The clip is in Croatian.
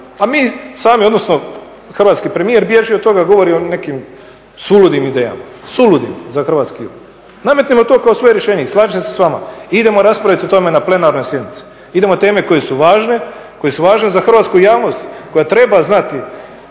A mi sami, odnosno hrvatski premijer bježi od toga, govori o nekim suludim idejama, suludim za Hrvatsku. Nametnimo to kao svoje rješenje i slažem se s vama, idemo raspraviti o tome na plenarnoj sjednici. Idemo teme koje su važne za hrvatsku javnost, koja treba znati